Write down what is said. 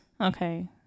okay